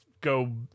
go